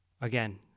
Again